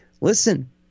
listen